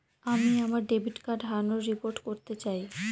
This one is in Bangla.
আমি আমার ডেবিট কার্ড হারানোর রিপোর্ট করতে চাই